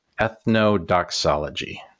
Ethnodoxology